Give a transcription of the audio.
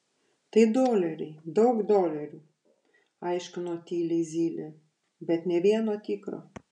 tai doleriai daug dolerių aiškino tyliai zylė bet nė vieno tikro